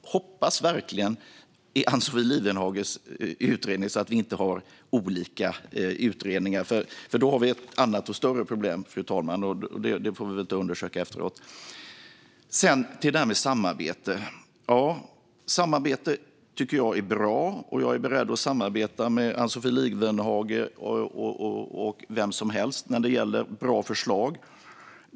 Jag hoppas verkligen att det även finns i Ann-Sofie Lifvenhages exemplar, så att vi inte har olika utredningar. Då har vi ett annat och större problem, fru talman - det får vi väl undersöka efteråt. Jag går vidare till det här med samarbete. Jag tycker att samarbete är bra, och jag är beredd att samarbeta med Ann-Sofie Lifvenhage och vem som helst när det gäller bra förslag.